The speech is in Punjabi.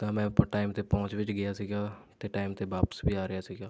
ਤਾਂ ਮੈਂ ਉਪਰ ਟਾਈਮ 'ਤੇ ਪਹੁੰਚ ਵਿੱਚ ਗਿਆ ਸੀਗਾ ਅਤੇ ਟਾਈਮ 'ਤੇ ਵਾਪਸ ਵੀ ਆ ਰਿਹਾ ਸੀਗਾ